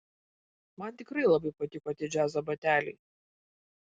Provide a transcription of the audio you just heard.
man tikrai labai patiko tie džiazo bateliai